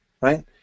right